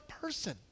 person